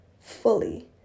fully